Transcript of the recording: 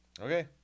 Okay